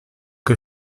che